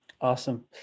awesome